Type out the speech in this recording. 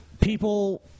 People